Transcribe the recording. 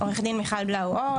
עו"ד מיכל בלאו אור,